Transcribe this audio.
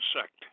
sect